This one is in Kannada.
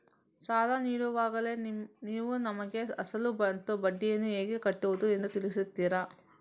ಸಾಲ ನೀಡುವಾಗಲೇ ನೀವು ನಮಗೆ ಅಸಲು ಮತ್ತು ಬಡ್ಡಿಯನ್ನು ಹೇಗೆ ಕಟ್ಟುವುದು ಎಂದು ತಿಳಿಸುತ್ತೀರಾ?